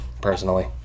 personally